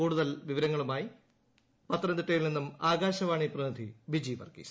കൂടുതൽ വിവരങ്ങളുമായി പത്തനംതിട്ടയിൽ നിന്നും ആകാശവാണി പ്രതിനിധി ബിജി വർഗീസ്